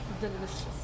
Delicious